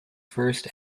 first